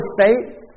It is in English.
faith